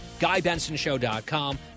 GuyBensonShow.com